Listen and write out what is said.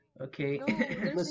okay